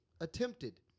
Attempted